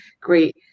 great